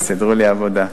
סידרו לי עבודה.